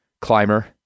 climber